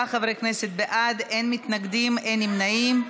76 חברי כנסת בעד, אין מתנגדים, אין נמנעים.